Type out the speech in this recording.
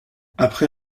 après